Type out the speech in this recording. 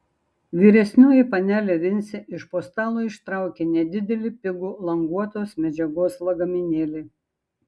vyresnioji panelė vincė iš po stalo ištraukė nedidelį pigų languotos medžiagos lagaminėlį